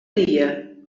die